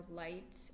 light